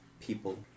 people